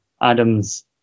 Adam's